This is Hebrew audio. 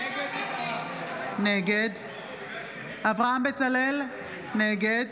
נגד אברהם בצלאל, נגד